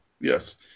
Yes